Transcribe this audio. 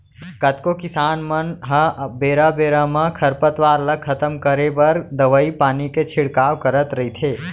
कतको किसान मन ह बेरा बेरा म खरपतवार ल खतम करे बर दवई पानी के छिड़काव करत रइथे